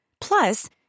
Plus